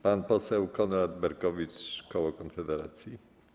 Pan poseł Konrad Berkowicz, koło Konfederacji.